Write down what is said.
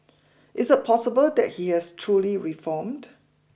is it possible that he has truly reformed